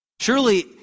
Surely